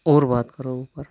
और बात करो एक बार